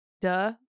duh